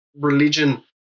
religion